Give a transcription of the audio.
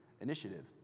initiative